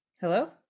Hello